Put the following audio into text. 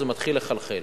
זה מתחיל לחלחל.